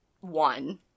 one